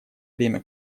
время